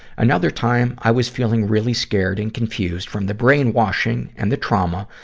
another time, i was feeling really scared and confused from the brainwashing and the trauma,